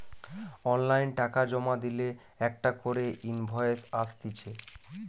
online টাকা জমা দিলে একটা করে ইনভয়েস আসতিছে